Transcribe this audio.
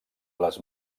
les